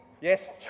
yes